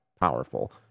powerful